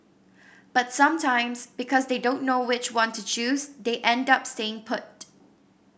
but sometimes because they don't know which one to choose they end up staying put